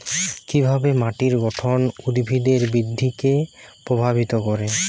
কিভাবে মাটির গঠন উদ্ভিদের বৃদ্ধিকে প্রভাবিত করে?